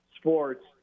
sports